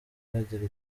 ihagera